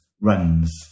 runs